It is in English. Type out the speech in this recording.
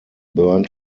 burned